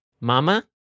Mama